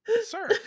Sir